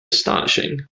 astonishing